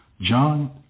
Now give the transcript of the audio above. John